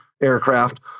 aircraft